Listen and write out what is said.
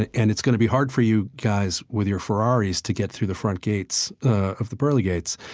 and and it's going to be hard for you guys with your ferraris to get through the front gates of the pearly gates.